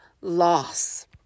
loss